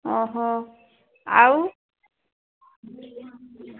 ଅହ ଆଉ